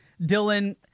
Dylan